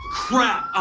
crap!